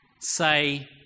say